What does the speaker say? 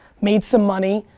made some money,